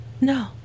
No